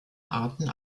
arten